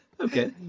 Okay